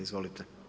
Izvolite.